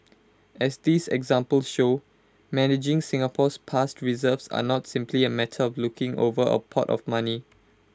as these examples show managing Singapore's past reserves are not simply A matter of looking over A pot of money